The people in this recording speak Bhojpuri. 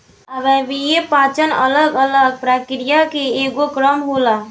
अव्ययीय पाचन अलग अलग प्रक्रिया के एगो क्रम होला